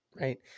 right